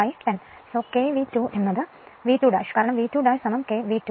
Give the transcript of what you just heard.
അതിനാൽ K V2 V2 കാരണം V 2 K V2